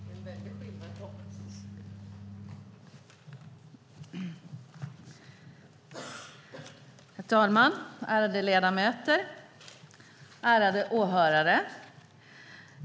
Herr talman! Ärade ledamöter! Ärade åhörare!